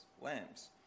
lambs